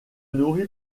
nourrit